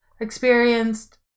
experienced